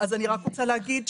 להפך.